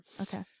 Okay